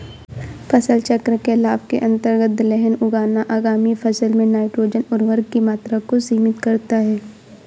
फसल चक्र के लाभ के अंतर्गत दलहन उगाना आगामी फसल में नाइट्रोजन उर्वरक की मात्रा को सीमित करता है